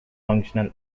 functional